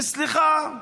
סליחה,